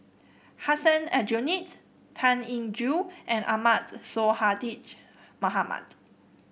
Hussein Aljunied Tan Eng Joo and Ahmad Sonhadji Mohamad